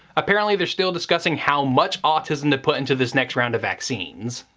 apparently they're still discussing how much autism to put into this next round of vaccines.